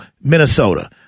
Minnesota